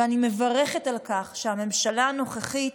ואני מברכת על כך שהממשלה הנוכחית